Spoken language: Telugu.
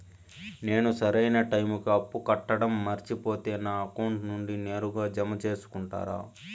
నేను సరైన టైముకి అప్పు కట్టడం మర్చిపోతే నా అకౌంట్ నుండి నేరుగా జామ సేసుకుంటారా?